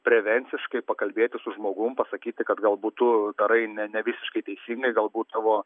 prevenciškai pakalbėti su žmogum pasakyti kad galbūt tu darai ne nevisiškai teisingai galbūt tavo